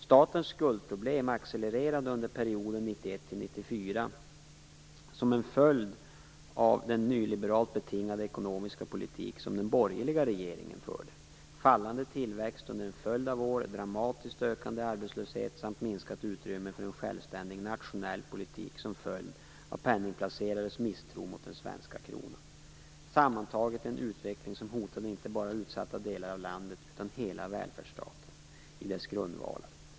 Statens skuldproblem accelererade under perioden 1991-1994 som en följd av den nyliberalt betingade ekonomiska politik som den borgerliga regeringen förde. Det ledde till fallande tillväxt under en följd av år, dramatiskt ökande arbetslöshet samt minskat utrymme för en självständig nationell politik som följd av penningplacerares misstro mot den svenska kronan. Sammantaget var detta en utveckling som hotade inte bara utsatta delar av landet utan hela välfärdsstaten i dess grundvalar.